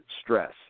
stress